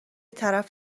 طرف